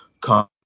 come